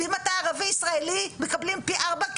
ואם אתה ערבי ישראלי מקבלים פי ארבע,